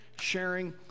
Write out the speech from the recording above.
sharing